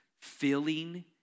filling